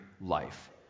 life